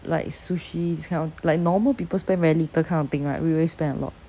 like sushi this kind of like normal people spend very little kind of thing right we always spend a lot